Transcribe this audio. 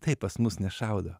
taip pas mus nešaudo